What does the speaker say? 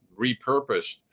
repurposed